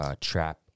trap